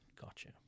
Gotcha